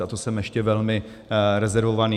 A to jsem ještě velmi rezervovaný.